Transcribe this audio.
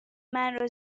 مرا